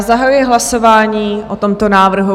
Zahajuji hlasování o tomto návrhu.